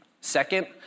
Second